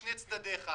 משני צדדיך,